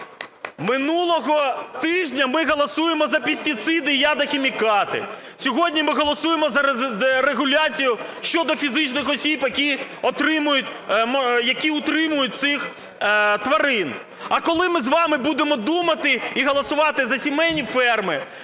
Минулого тижня ми голосуємо за пестициди, ядохімікати. Сьогодні ми голосуємо за регуляцію щодо фізичних осіб, які утримують цих тварин. А коли ми з вами будемо думати і голосувати за сімейні ферми?